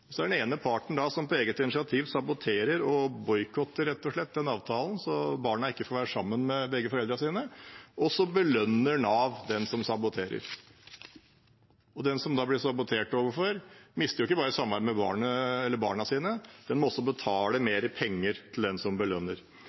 og boikotter rett og slett den ene parten avtalen så barna ikke får være sammen med begge foreldrene sine, og så belønner Nav den som saboterer. Den som da blir sabotert, mister ikke bare samværet med barnet sitt eller barna sine, men må også betale mer penger til den som